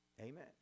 Amen